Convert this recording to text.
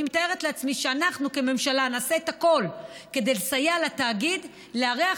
אני מתארת לעצמי שאנחנו כממשלה נעשה את הכול כדי לסייע לתאגיד לארח